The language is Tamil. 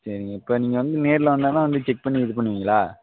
சரிங்க இப்போ நீங்கள் வந்து நேரில் வந்தால் தான் வந்து செக் பண்ணி இது பண்ணுவீங்களா